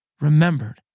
remembered